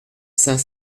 cinq